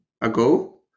ago